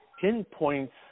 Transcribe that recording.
pinpoints